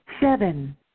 Seven